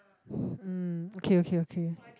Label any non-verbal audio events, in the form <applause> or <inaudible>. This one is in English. <breath> mm okay okay okay